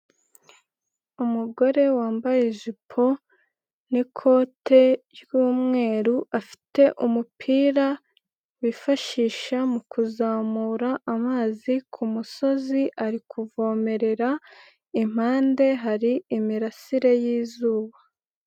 Umugore wambaye ijipo n'ikote ry'umweru afite umupira wifashisha mu kuzamura amazi ku musozi ari kuvomerera, impande hari imirasire y'izuba.